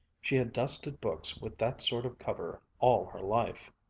she had dusted books with that sort of cover all her life.